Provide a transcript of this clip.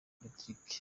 rodrigue